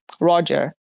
Roger